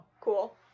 Cool